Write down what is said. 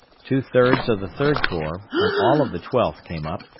two-thirds of the third corps, and all of the twelfth came up,